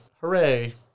hooray